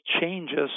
changes